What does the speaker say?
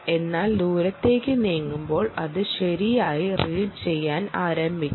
എന്നാൽ ദൂരത്തേക്ക് നീങ്ങുമ്പോൾ അത് ശെരിയായി റീഡ് ചെയ്യാൻ ആരംഭിക്കുന്നു